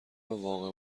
واقعه